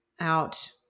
out